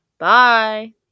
Bye